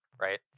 right